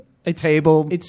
Table